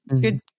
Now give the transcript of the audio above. good